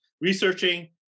researching